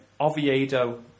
Oviedo